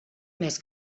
més